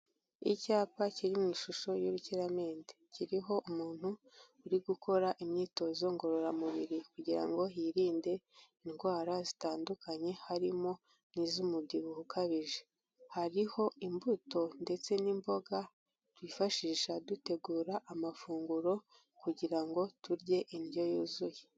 Icyapa kiri mu ishusho y'urukiramende, kiriho umuntu uri gukora imyitozo ngororamubiri, kugira ngo yirinde indwara zitandukanye, harimo n'iz'umubyibuho ukabije, hariho imbuto ndetse n'imboga twifashisha dutegura amafunguro, kugira ngo turye indyo yuzuye.